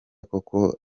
koko